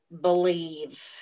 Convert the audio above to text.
believe